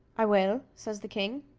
i will, says the king.